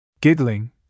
Giggling